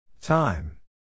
Time